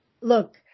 look